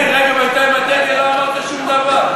נסים, בינתיים לגבי הדגל לא אמרת שום דבר.